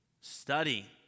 study